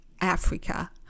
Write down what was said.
Africa